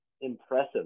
impressive